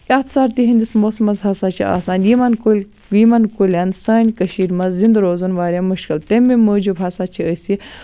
تَتھ سردی ہِنٛدِس موسمَس ہسا چھُ آسان یِمن کُلۍ یِمن کُلٮ۪ن سانہِ کٔشیرِ منٛز زِندٕ روزُن واریاہ مُشکِل تَمے موٗجوٗب ہسا چھِ أسۍ یہِ